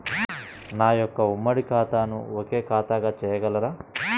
నా యొక్క ఉమ్మడి ఖాతాను ఒకే ఖాతాగా చేయగలరా?